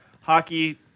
Hockey